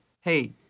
hey